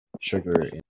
sugar